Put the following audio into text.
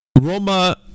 Roma